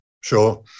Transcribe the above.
Sure